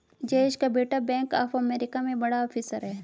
जयेश का बेटा bank of America में बड़ा ऑफिसर है